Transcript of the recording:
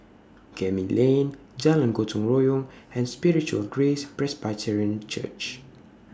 Gemmill Lane Jalan Gotong Royong and Spiritual Grace Presbyterian Church